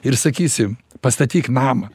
ir sakysim pastatyk namą